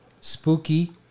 Spooky